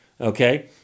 okay